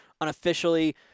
Unofficially